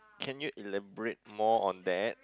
can you elaborate more on that